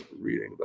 reading